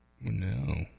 No